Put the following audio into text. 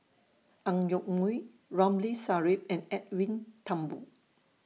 Ang Yoke Mooi Ramli Sarip and Edwin Thumboo